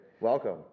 Welcome